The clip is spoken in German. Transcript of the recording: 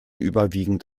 überwiegend